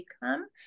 become